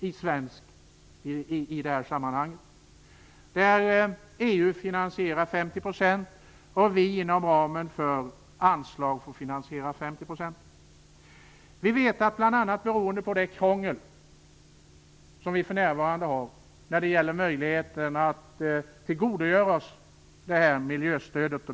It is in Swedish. EU står där för 50 % av finansieringen, och vi finansierar inom ramen för anslag 50 %. Vi vet att dessa ersättningar inte kommer att utnyttjas, bl.a. beroende på att det är så krångligt att tillgodogöra sig det här miljöstödet.